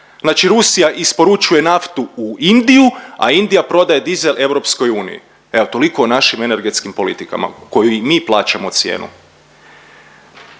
Znači Rusija isporučuje naftu u Indiju, a Indija prodaje dizel EU. Evo toliko o našim energetskim politikama koju i mi plaćamo cijenu.